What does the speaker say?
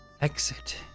exit